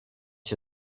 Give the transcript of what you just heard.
się